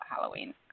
Halloween